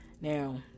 Now